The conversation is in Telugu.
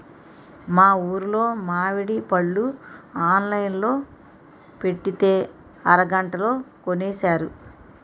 మా ఊరులో మావిడి పళ్ళు ఆన్లైన్ లో పెట్టితే అరగంటలో కొనేశారు